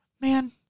Man